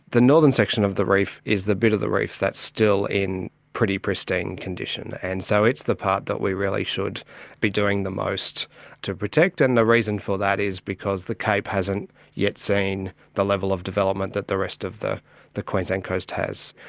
the northern section of the reef is the bit of the reef that's still in pretty pristine condition. and so it's the part that we really should be doing the most to protect, and the reason for that is because the cape hasn't yet seen the level of development that the rest of the the queensland coast has.